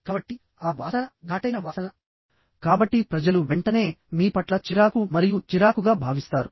కాబట్టి ఆ వాసన ఘాటైన వాసన కాబట్టి ప్రజలు వెంటనే మీ పట్ల చిరాకు మరియు చిరాకుగా భావిస్తారు